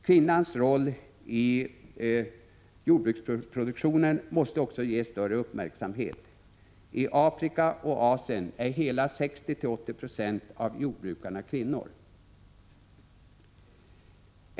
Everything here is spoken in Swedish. Kvinnans roll i jordbruksproduktionen måste också ges större uppmärksamhet. I Afrika och Asien är hela 60-80 96 av jordbrukarna kvinnor.